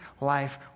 life